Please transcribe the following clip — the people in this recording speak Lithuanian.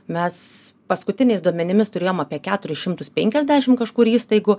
mes paskutiniais duomenimis turėjom apie keturis šimtus penkiasdešim kažkur įstaigų